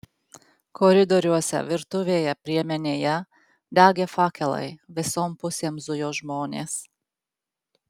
koridoriuose virtuvėje priemenėje degė fakelai visom pusėm zujo žmonės